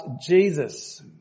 Jesus